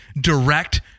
direct